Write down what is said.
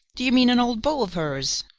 do you mean an old beau of hers?